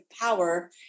power